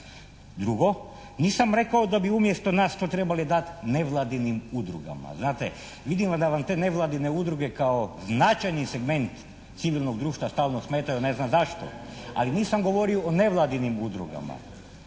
Drugo, nisam rekao da bi umjesto nas to trebali dati nevladinim udrugama. Znate, vidim da vam te nevladine udruge kao značajni segment civilnog društva stalno smetaju, ne znam zašto. Ali nisam govorio o nevladinim udrugama